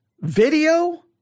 video